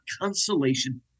consolation